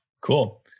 Cool